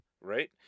right